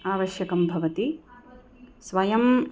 आवश्यकं भवति स्वयम्